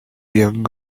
young